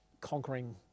conquering